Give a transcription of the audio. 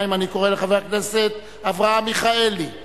של חבר הכנסת אורבך, עברה בקריאה טרומית